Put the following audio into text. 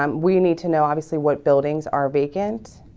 um we need to know obviously what buildings are vacant